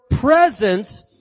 presence